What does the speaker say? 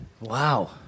Wow